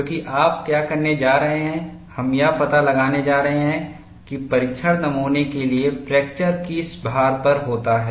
क्योंकि आप क्या करने जा रहे हैं हम यह पता लगाने जा रहे हैं कि परीक्षण नमूने के लिए फ्रैक्चर किस भार पर होता है